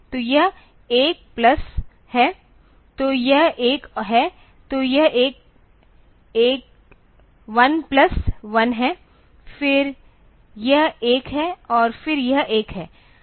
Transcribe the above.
तो यह 1 प्लस है तो यह एक है तो यह एक 1 प्लस 1 है फिर यह एक है और फिर यह एक है